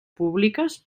públiques